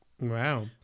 wow